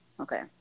Okay